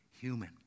human